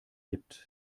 gibt